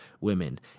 women